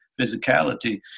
physicality